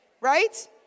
right